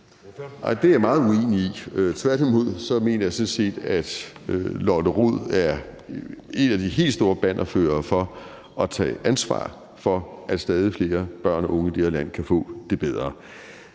det er jeg meget uenig i. Tværtimod mener jeg sådan set, at Lotte Rod er en af de helt store bannerførere for at tage ansvar for, at stadig flere børn og unge i det her land kan få det bedre.